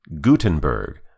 Gutenberg